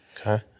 okay